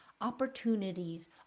opportunities